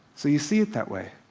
so you see it that way.